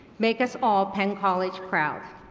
make us all penn college proud.